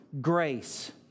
grace